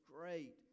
great